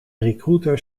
recruiter